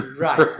Right